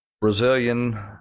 Brazilian